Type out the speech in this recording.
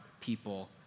people